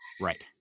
Right